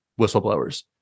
whistleblowers